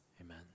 Amen